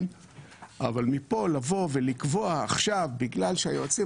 אבל מפה לבוא ולקבוע עכשיו שבגלל שהיועצים